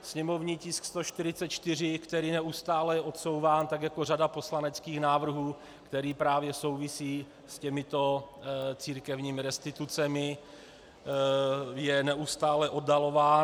Sněmovní tisk 144, který je neustále odsouvám tak jako řada poslaneckých návrhů, který právě souvisí s těmito církevními restitucemi, je neustále oddalován.